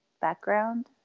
background